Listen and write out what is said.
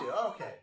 okay